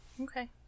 Okay